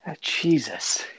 Jesus